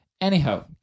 Anyhow